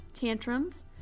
Tantrums